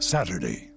Saturday